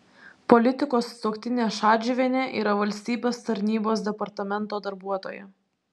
politiko sutuoktinė šadžiuvienė yra valstybės tarnybos departamento darbuotoja